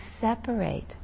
separate